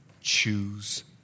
Choose